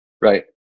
Right